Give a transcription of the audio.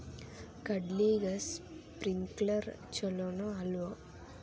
ಕಡ್ಲಿಗೆ ಸ್ಪ್ರಿಂಕ್ಲರ್ ಛಲೋನೋ ಅಲ್ವೋ?